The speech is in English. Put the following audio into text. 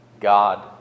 God